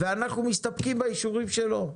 ואנחנו מסתפקים באישורים שלו.